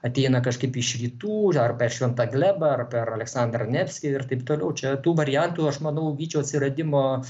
ateina kažkaip iš rytų ar per šventą glebą ar per aleksandrą nevskį ir taip toliau čia tų variantų aš manau vyčio atsiradimo